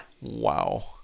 Wow